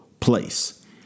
Place